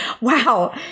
Wow